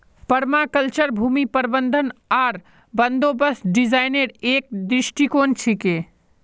permaculture भूमि प्रबंधन आर बंदोबस्त डिजाइनेर एक दृष्टिकोण छिके